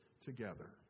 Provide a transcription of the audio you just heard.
together